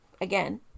again